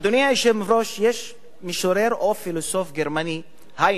אדוני היושב-ראש, יש משורר ופילוסוף גרמני, היינה,